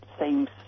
seems